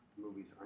movies